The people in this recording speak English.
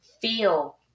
feel